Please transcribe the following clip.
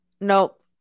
Nope